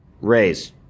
Raise